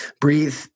breathe